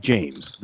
James